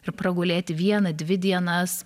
ir pragulėti vieną dvi dienas